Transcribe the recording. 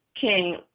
king